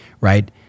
right